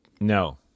no